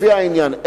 לפי העניין,